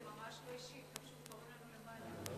זה ממש לא אישי, פשוט קוראים לנו למעלה.